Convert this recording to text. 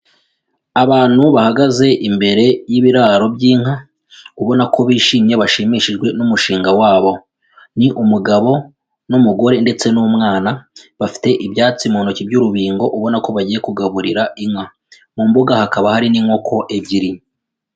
Abantu bahagaze imbere y'ibiraro by'inka, ubona ko bishimye bashimishijwe n'umushinga wabo, ni umugabo n'umugore ndetse n'umwana, bafite ibyatsi mu ntoki by'urubingo ubona ko bagiye kugaburira inka, mu mbuga hakaba hari n'inkoko ebyiri.